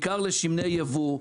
בעיקר לשמני ייבוא,